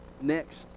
next